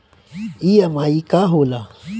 EMI का होला?